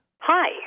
Hi